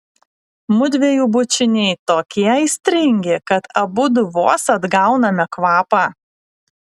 mudviejų bučiniai tokie aistringi kad abudu vos atgauname kvapą